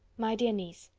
my dear niece,